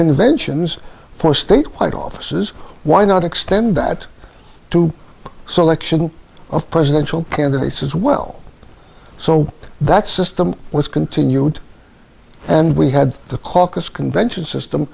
conventions for statewide offices why not extend that to selection of presidential candidates as well so that system was continued and we had the caucus convention system